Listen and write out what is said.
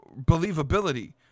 believability